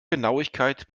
genauigkeit